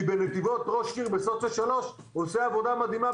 כי בנתיבות ראש עיר בסוציו 3 עושה עבודה מדהימה,